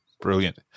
Brilliant